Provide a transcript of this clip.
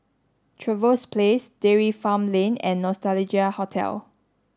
Trevose Place Dairy Farm Lane and Nostalgia Hotel